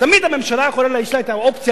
תמיד הממשלה יש לה אופציה,